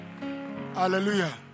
Hallelujah